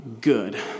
good